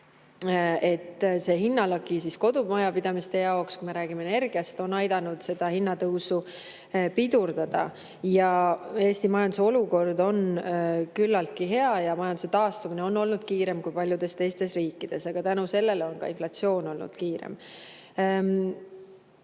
et see hinnalagi kodumajapidamiste jaoks, kui me räägime energiast, on aidanud hinnatõusu pidurdada. Eesti majanduse olukord on küllaltki hea, majanduse taastumine on olnud kiirem kui paljudes teistes riikides, aga seetõttu on ka inflatsioon olnud kiirem.